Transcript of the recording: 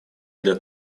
для